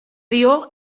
dio